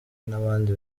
n’abandi